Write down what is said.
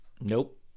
Nope